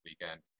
weekend